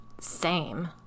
Same